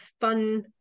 fun